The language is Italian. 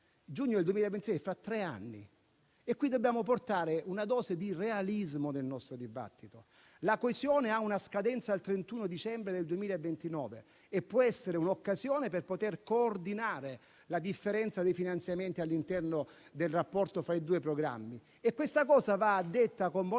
giugno 2026 è fra tre anni. Dobbiamo portare una dose di realismo nel nostro dibattito: la coesione ha una scadenza al 31 dicembre del 2029 e può essere l'occasione per coordinare la differenza dei finanziamenti all'interno del rapporto fra i due programmi. Questa cosa va detta con molta